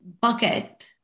bucket